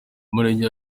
murenge